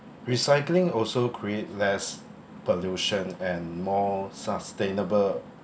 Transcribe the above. recycling also create less pollution and more sustainable